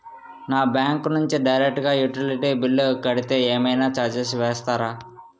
నా బ్యాంక్ నుంచి డైరెక్ట్ గా యుటిలిటీ బిల్ కడితే ఏమైనా చార్జెస్ వేస్తారా?